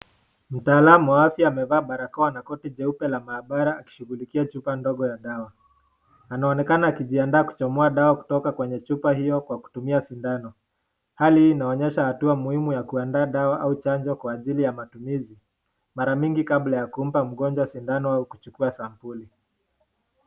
Mtaalam wa afya amevaa barakoa na koti jeupe la maabara akishughulikia chupa ndogo ya dawa. Anaonekana akijiadaa kuchomoa dawa kutoka kwenye chupa hiyo kwa kutumia sindano. Hali hii inaonyesha hatua muhimu ya kuandaa dawa au chanjo kwa ajili ya matumizi. Mara mingi kabla ya kumpa mgonjwa sindano au kuchukua sampuli.